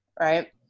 right